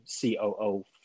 COO